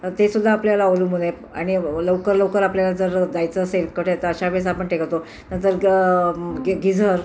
ते सुद्धा आपल्या अवलंबून आहे आणि लवकर लवकर आपल्याला जर जायचं असेल कुठे तर अशावेळेस आपण ते करतो नंतर गिझर